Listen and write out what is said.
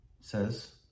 says